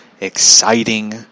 exciting